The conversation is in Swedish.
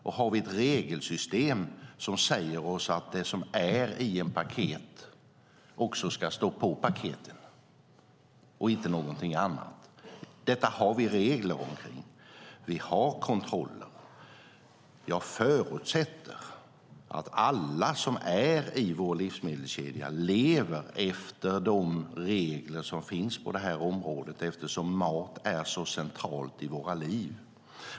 Och vi har ett regelsystem som säger oss att det som är i ett paket också ska stå på paketet och inte någonting annat. Detta har vi regler omkring. Vi har kontroller. Jag förutsätter att alla som är i vår livsmedelskedja lever efter de regler som finns på det här området, eftersom mat är centralt i våra liv.